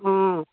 অঁ